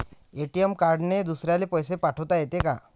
ATM कार्डने दुसऱ्याले पैसे पाठोता येते का?